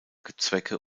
zwecke